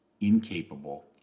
incapable